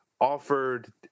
offered